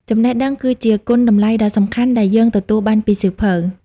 ចំណេះដឹង គឺជាគុណតម្លៃដ៏សំខាន់ដែលយើងទទួលបានពីសៀវភៅ។